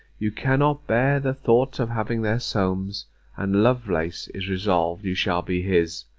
you cannot bear the thoughts of having their solmes and lovelace is resolved you shall be his,